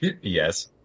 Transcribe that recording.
Yes